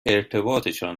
ارتباطشان